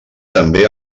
també